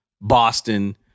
Boston